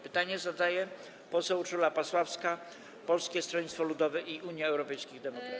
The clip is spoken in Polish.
Pytanie zadaje poseł Urszula Pasławska, Polskie Stronnictwo Ludowe i Unia Europejskich Demokratów.